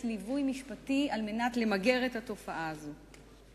ליווי משפטי כדי למגר את התופעה הזאת.